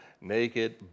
naked